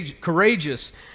courageous